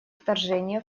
вторжение